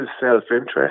self-interest